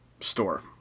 store